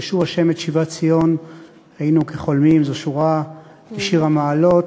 "בשוב ה' את שיבת ציון היינו כחֹלמים"; זאת שורה משיר המעלות.